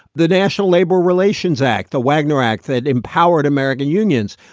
the national labor relations act, the wagner act that empowered american unions.